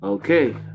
Okay